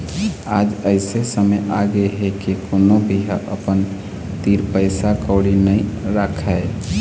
आज अइसे समे आगे हे के कोनो भी ह अपन तीर पइसा कउड़ी नइ राखय